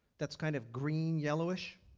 that's kind of green yellowish?